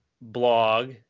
blog